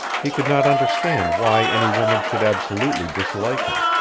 he could not understand why any woman should absolutely dislike him.